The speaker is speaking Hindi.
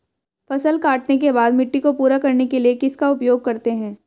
फसल काटने के बाद मिट्टी को पूरा करने के लिए किसका उपयोग करते हैं?